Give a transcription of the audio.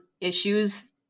issues